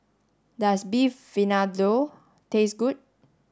does Beef Vindaloo taste good